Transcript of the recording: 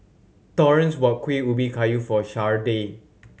Torrence bought Kuih Ubi Kayu for Sharday